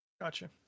gotcha